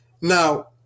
Now